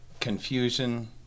confusion